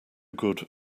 good